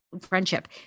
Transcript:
friendship